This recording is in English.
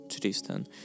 Tristan